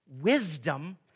wisdom